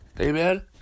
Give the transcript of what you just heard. amen